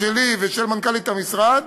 שלי ושל מנכ"לית המשרד